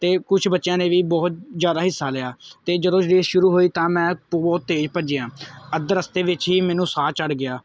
ਅਤੇ ਕੁਛ ਬੱਚਿਆਂ ਨੇ ਵੀ ਬਹੁਤ ਜ਼ਿਆਦਾ ਹਿੱਸਾ ਲਿਆ ਅਤੇ ਜਦੋਂ ਰੇਸ ਸ਼ੁਰੂ ਹੋਈ ਤਾਂ ਮੈਂ ਬਹੁਤ ਤੇਜ਼ ਭੱਜਿਆ ਅੱਧੇ ਰਸਤੇ ਵਿੱਚ ਹੀ ਮੈਨੂੰ ਸਾਹ ਚੜ ਗਿਆ